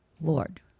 Lord